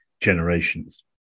generations